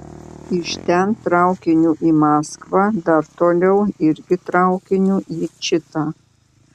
iš ten traukiniu į maskvą dar toliau irgi traukiniu į čitą